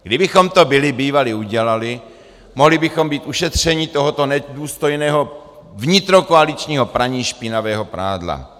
Kdybychom to byli bývali udělali, mohli bychom být ušetřeni tohoto nedůstojného vnitrokoaličního praní špinavého prádla.